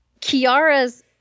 Kiara's